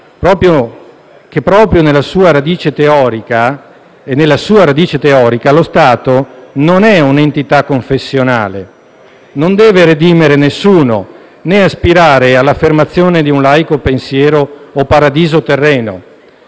proprio nella sua radice teorica, lo Stato non è un'entità confessionale, non deve redimere nessuno, né aspirare all'affermazione di un laico pensiero o paradiso terreno.